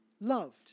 loved